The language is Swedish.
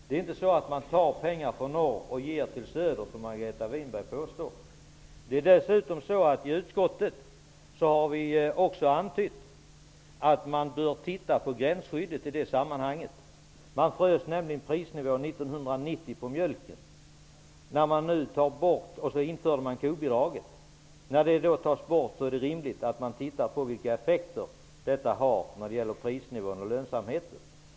Det är inte så att man tar pengar från norr och ger till söder, som Margareta Winberg påstår. Dessutom har vi i utskottet också antytt att man bör se över gränsskyddet i detta sammanhang. Prisnivån för mjölk frystes nämligen 1990 och kobidraget infördes. När det tas bort är det rimligt att man ser på vilka effekter det har när det gäller prisnivån och lönsamheten.